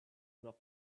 not